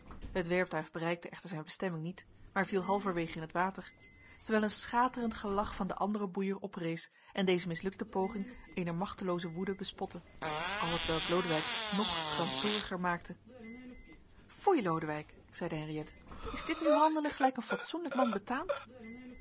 het werptuig bereikte echter zijn bestemming niet maar viel halverwegen in het water terwijl een schaterend gelach van den anderen boeier oprees en deze mislukte poging eener machtelooze woede bespotte al hetwelk lodewijk nog gramstoriger maakte foei lodewijk zeide henriëtte is dit nu handelen gelijk een fatsoenlijk man betaamt